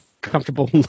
comfortable